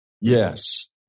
Yes